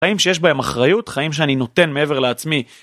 -יים שיש בהם אחריות, חיים שאני נותן מעבר לעצמי,